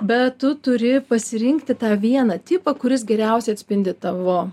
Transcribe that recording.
bet tu turi pasirinkti tą vieną tipą kuris geriausiai atspindi tavo